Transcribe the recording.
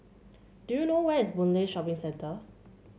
do you know where is Boon Lay Shopping Centre